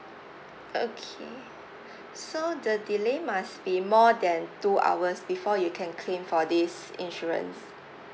okay so the delay must be more than two hours before you can claim for this insurance